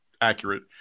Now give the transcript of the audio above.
accurate